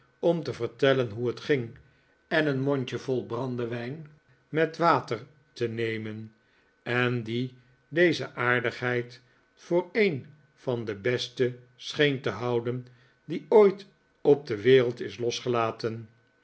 om te vertellen hoe het ging en een mondjevol brandewijn met water te nemen en die deze aardigheid voor een van de beste scheen te houden die ooit op de wereld is losgelaten